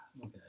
Okay